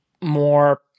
more